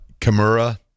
Kimura